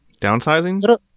Downsizing